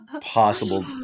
Possible